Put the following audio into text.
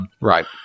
Right